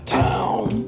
town